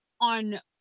on